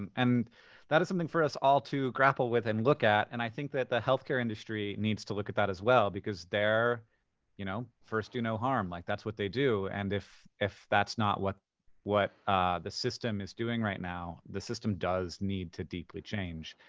and and that is something for us all to grapple with and look at. and i think that the healthcare industry needs to look at that as well, because they're you know first do no harm. like, that's what they do. and if if that's not what what the system is doing right now, the system does need to deeply change.